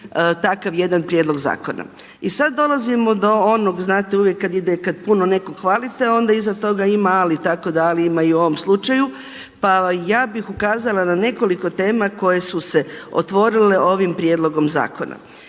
takav jedan prijedlog zakona. I sada dolazimo do onoga znate uvijek kada puno nekoga hvalite onda iza toga ima ali, tako da ali ima i u ovom slučaju. Pa ja bih ukazala na nekoliko tema koje su se otvorile ovim prijedlogom zakona.